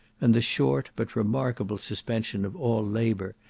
and the short, but remarkable suspension of all labour,